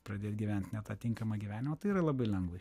pradėt gyvent ne tą tinkamą gyvenimą tai yra labai lengva